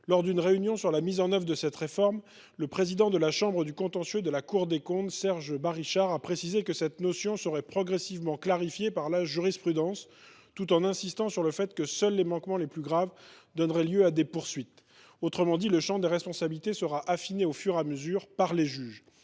Lors d’une réunion sur la mise en œuvre de cette réforme, le président de la chambre du contentieux de la Cour des comptes, Serge Barichard, a précisé que cette notion serait progressivement clarifiée par la jurisprudence, tout en insistant sur le fait que seuls les manquements les plus graves donneraient lieu à des poursuites. Autrement dit, le champ des responsabilités sera affiné au fur et à mesure par les juges.